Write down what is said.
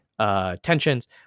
tensions